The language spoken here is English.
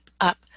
up